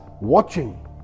watching